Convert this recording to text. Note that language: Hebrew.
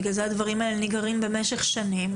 בגלל זה הדברים האלה נגררים במשך שנים.